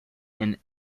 and